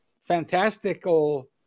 fantastical